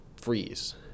freeze